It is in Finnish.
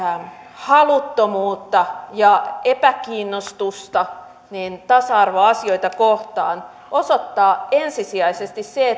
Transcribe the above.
haluttomuutta ja epäkiinnostusta tasa arvoasioita kohtaan osoittaa ensisijaisesti se